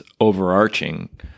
overarching